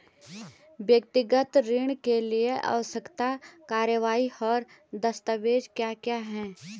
व्यक्तिगत ऋण के लिए आवश्यक कार्यवाही और दस्तावेज़ क्या क्या हैं?